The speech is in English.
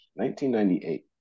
1998